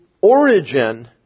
origin